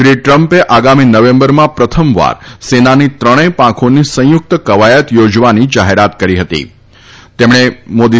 શ્રી ટ્રમ્પે આગામી નવેમ્બરમાં પ્રથમવાર સેનાની ત્રણેય પાંખોની સંયુક્ત કવાયત યોજવાની જાહેરાત કરી હતી તેમણે મોદી